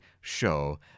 show